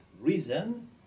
reason